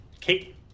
Kate